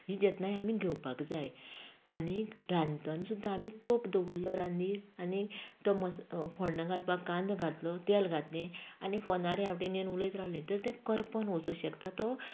ही जतनाय आमी घेवपाक जाय आनीक रांदतना सुद्दां आमी तोप दवरलो रांदनीर आनी तो मस फोण्णां घालपाक कांदो घातलो तेल घातलें आनी फोनार ह्या वटेन येवन उलयत रावलें जाल्यार तें करपोन वचूंक शकता तो